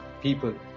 people